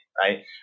right